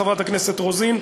חברת הכנסת רוזין,